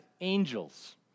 angels